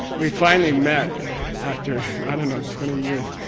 we finally met after, i don't know, twenty years.